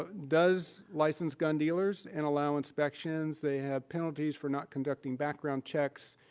ah does license gun dealers and allow inspections. they have penalties for not conducting background checks.